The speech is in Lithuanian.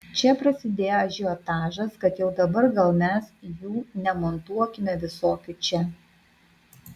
čia prasidėjo ažiotažas kad jau dabar gal mes jų nemontuokime visokių čia